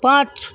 পাঁচ